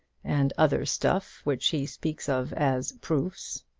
and other stuff which he speaks of as proofs.